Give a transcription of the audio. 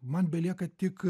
man belieka tik